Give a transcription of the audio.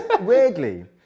Weirdly